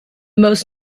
most